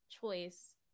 choice